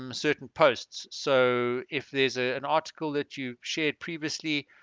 um certain posts so if there's ah an article that you shared previously